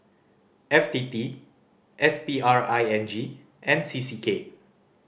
F T T S P R I N G and C C K